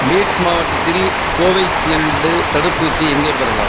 beat மாவட்டத்தில் Covishield தடுப்பூசி எங்கே பெறலாம்